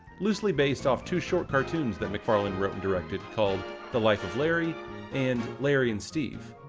loosely based off two short cartoons that macfarlane wrote and directed, called the life of larry and larry and steve.